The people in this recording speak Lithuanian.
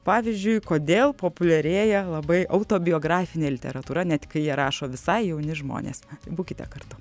pavyzdžiui kodėl populiarėja labai autobiografinė literatūra net kai ją rašo visai jauni žmonės būkite kartu